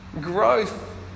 Growth